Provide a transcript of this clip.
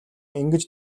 ингэж